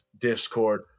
Discord